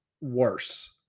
worse